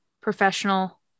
professional